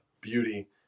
beauty